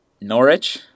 Norwich